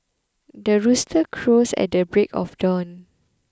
the rooster crows at the break of dawn